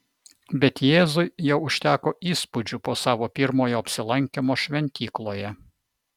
bet jėzui jau užteko įspūdžių po savo pirmojo apsilankymo šventykloje